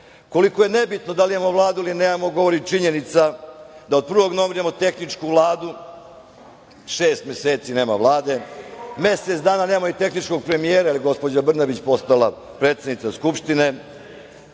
je nebitno da li imamo Vladu ili nemamo govori činjenica da od 1. novembra imamo tehničku Vladu, šest meseci nema Vlade, mesec dana nema tehničkog premijera, jer je gospođa Brnabić postala predsednica Skupštine.